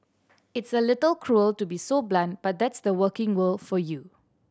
it's a little cruel to be so blunt but that's the working world for you